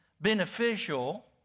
beneficial